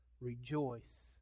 rejoice